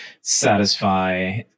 satisfy